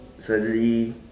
suddenly